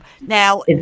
Now